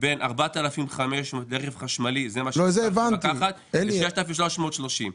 בין 4,500 ₪ לרכב חשמלי זה מה שמותר לך לקחת ו- 6,330 ₪.